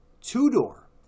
two-door